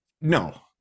No